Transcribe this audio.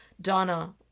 Donna